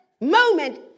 moment